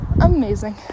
amazing